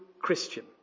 Christian